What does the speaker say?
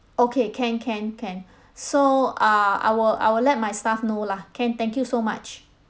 okay can can can so uh I will I will let my staff know lah can thank you so much